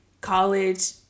college